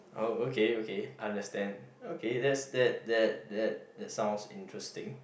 oh okay okay understand okay that's that that that that sounds interesting